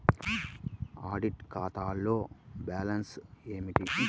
Audit ఖాతాలో balance ఏమిటీ?